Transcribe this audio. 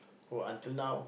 oh until now